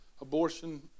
abortion